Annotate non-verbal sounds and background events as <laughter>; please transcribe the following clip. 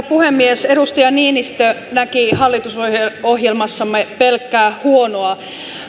<unintelligible> puhemies edustaja niinistö näki hallitusohjelmassamme pelkkää huonoa